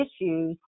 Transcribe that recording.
issues